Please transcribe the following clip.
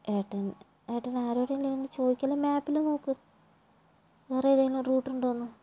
ഏട്ടാ ഏട്ടന് ആരോടെങ്കിലും ഒന്ന് ചോദിക്ക് അല്ലെങ്കിൽ മാപ്പിൽ നോക്ക് വേറെ ഏതെങ്കിലും റൂട്ട് ഉണ്ടോ എന്ന്